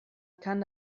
kann